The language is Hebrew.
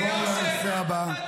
נעבור לנושא הבא,